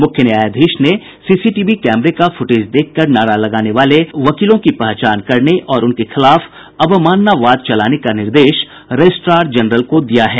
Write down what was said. मुख्य न्यायाधीश ने सीसीटीवी कैमरे का फुटेज देखकर नारा लगाने वाले वकीलों की पहचान करने और उनके खिलाफ अवमानना वाद चलाने का निर्देश रजिस्ट्रार जनरल को दिया है